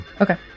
Okay